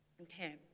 Okay